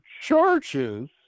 churches